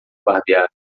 barbear